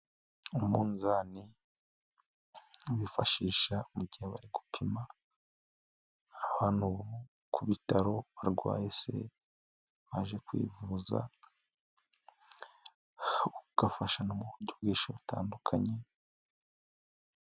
Umunzani bawifashisha mu gihe bari gupima abantu bo ku bitaro barwaye baje kwivuza ugafasha no mu buryo bwishi butandukanye.